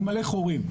הוא מלא חורים.